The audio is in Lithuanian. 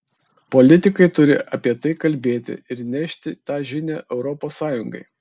politikai turi apie tai kalbėti ir nešti tą žinią europos sąjungai